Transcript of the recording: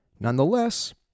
Nonetheless